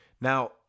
Now